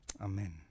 Amen